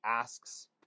asks